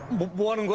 want